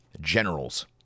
generals